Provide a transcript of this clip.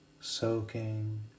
soaking